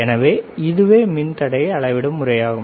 எனவே இதுவே மின்தடையை அளவிடும் முறையாகும்